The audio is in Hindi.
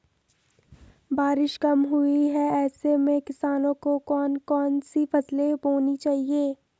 बारिश कम हुई है ऐसे में किसानों को कौन कौन सी फसलें बोनी चाहिए?